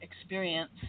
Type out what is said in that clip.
experience